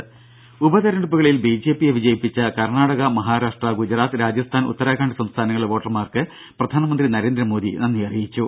രുര ഉപതെരഞ്ഞെടുപ്പുകളിൽ ബിജെപിയെ വിജയിപ്പിച്ച കർണാടക മഹാരാഷ്ട്ര ഗുജറാത്ത് രാജസ്ഥാൻ ഉത്തരാഖണ്ഡ് സംസ്ഥാനങ്ങളിലെ വോട്ടർമാർക്ക് പ്രധാനമന്ത്രി നരേന്ദ്രമോദി നന്ദി അറിയിച്ചു